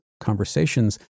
conversations